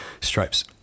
Stripes